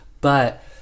but-